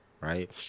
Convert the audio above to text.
right